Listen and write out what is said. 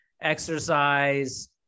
exercise